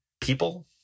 people